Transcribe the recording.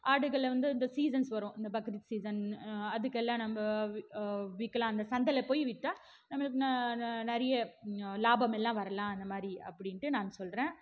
ஆடுகளை வந்து இந்த சீசன்ஸ் வரும் இந்த பக்ரீத் சீசன் அதுக்கெல்லாம் நம்ம விற்கலான்னு சந்தையில் போய் விற்றா நம்மளுக்கு நிறைய லாபம் எல்லாம் வரலாம் அந்த மாதிரி அப்படின்னுட்டு நான் சொல்கிறேன்